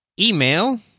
email